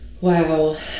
Wow